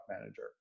manager